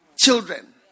children